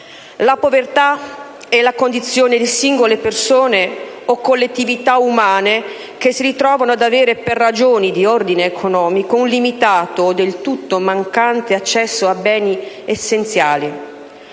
La povertà è la condizione di singole persone o collettività umane che si ritrovano ad avere, per ragioni di ordine economico, un limitato o del tutto mancante accesso a beni essenziali.